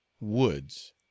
woods